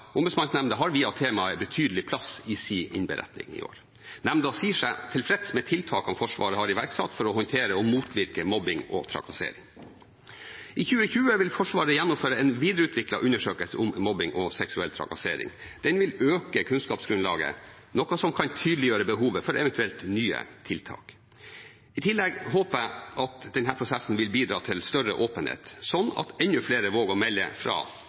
temaet betydelig plass i sin innberetning i år. Nemnda sier seg tilfreds med de tiltakene Forsvaret har iverksatt for å håndtere og motvirke mobbing og trakassering. I 2020 vil Forsvaret gjennomføre en videreutviklet undersøkelse om mobbing og seksuell trakassering. Det vil øke kunnskapsgrunnlaget, noe som kan tydeliggjøre behovet for eventuelle nye tiltak. I tillegg håper jeg at denne prosessen vil bidra til større åpenhet, slik at enda flere våger å melde fra